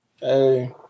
Hey